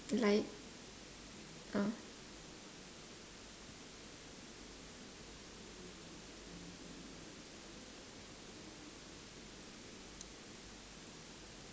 like uh